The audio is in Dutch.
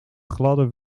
gladde